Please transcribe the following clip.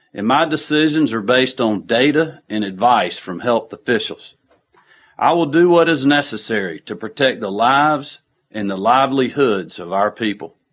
and my decisions are based on data and advice from health officials i will do what is necessary to protect the lives and the livelihoods of our people,